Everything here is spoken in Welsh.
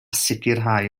sicrhau